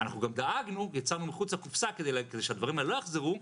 אנחנו גם דאגנו ויצאנו מחוץ לקופסה כדי שהדברים האלה לא יחזרו,